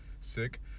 sick